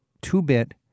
two-bit